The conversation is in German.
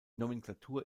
nomenklatur